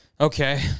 okay